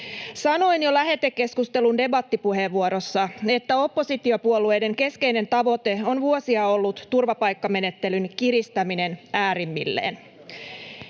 Sanoin jo lähetekeskustelun debattipuheenvuorossa, että oppositiopuolueiden keskeinen tavoite on vuosia ollut turvapaikkamenettelyn kiristäminen äärimmilleen.